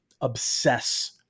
obsess